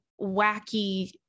wacky